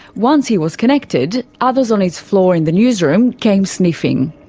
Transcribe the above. once he was connected, others on his floor in the newsroom came sniffing.